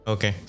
Okay